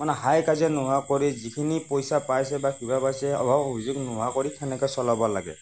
মানে হাই কাজিয়া নোহোৱা কৰি যিখিনি পইচা পাইছে বা কিবা পাইছে অভাৱ অভিযোগ নোহোৱা কৰি তেনেকে চলাব লাগে